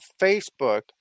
Facebook